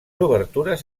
obertures